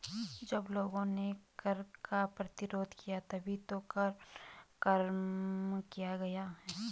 जब लोगों ने कर का प्रतिरोध किया तभी तो कर कम किया गया